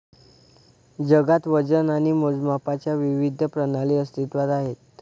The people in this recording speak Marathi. जगात वजन आणि मोजमापांच्या विविध प्रणाली अस्तित्त्वात आहेत